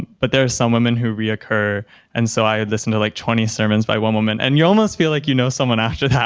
but there are some women who reoccur and so i had to listen to like twenty sermons by one woman, and you almost feel like you know someone after that.